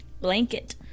Blanket